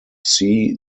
sea